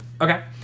Okay